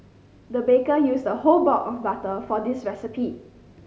the baker used a whole block of butter for this recipe